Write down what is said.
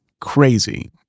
crazy